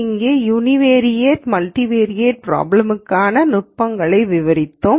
அங்கே univariate multivariate problem களுக்கான நுட்பங்களை விவரித்தோம்